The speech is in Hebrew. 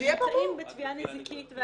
אנחנו נמצאים בתביעה נזיקית.